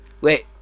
Wait